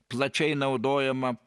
plačiai naudojama